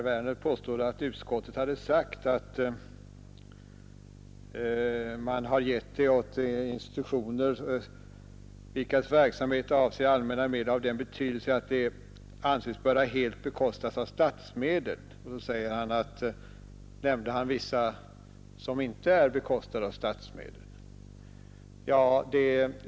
Han påstod att utskottet sagt att man har gett denna rätt åt institutioner vilkas verksamhet avser allmänna ändamål av den betydelse att den anses böra helt bekostas av statsmedel. Så nämnde han vissa exempel som inte är bekostade av statsmedel.